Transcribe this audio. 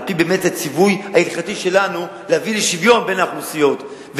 על-פי הציווי ההלכתי שלנו להביא לשוויון בין האוכלוסיות,